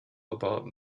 about